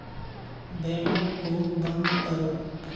बेमो को बंद करो